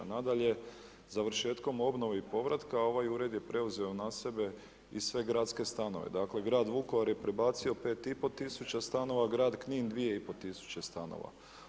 Nadalje, završetkom obnove i povratka, ovaj ured je preuzeo na sebe i sve gradske stanove, dakle grad Vukovar je prebacio 5,5 tisuća stanova, grad Knin 2,5 tisuće stanova.